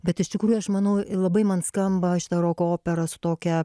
bet iš tikrųjų aš manau labai man skamba šita roko opera su tokia